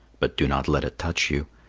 but do not let it touch you.